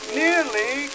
nearly